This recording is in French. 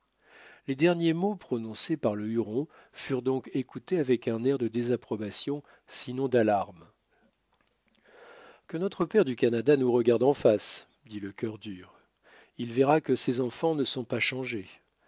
les derniers mots prononcés par le huron furent donc écoutés avec un air de désapprobation sinon d'alarme que notre père du canada nous regarde en face dit le cœur dur il verra que ses enfants ne sont pas changés